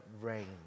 rain